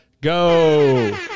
go